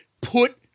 put